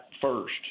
first